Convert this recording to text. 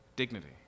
dignity